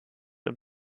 und